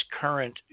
current